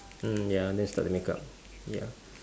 mm ya then start to makeup ya